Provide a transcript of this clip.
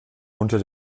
unter